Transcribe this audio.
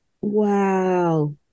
Wow